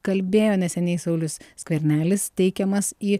kalbėjo neseniai saulius skvernelis teikiamas į